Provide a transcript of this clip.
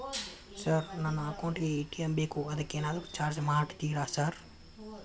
Sir ನನ್ನ account ಗೇ ATM ಬೇಕು ಅದಕ್ಕ ಏನಾದ್ರು ಚಾರ್ಜ್ ಮಾಡ್ತೇರಾ ಸರ್?